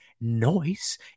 noise